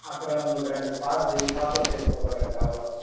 அப்புறம் உங்களுது ரெண்டு பாஸ் இது பாஸ்போர்ட் சைஸ் ஃபோட்டோ ரெண்டு அவ்ளோ தாங்க